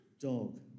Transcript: dog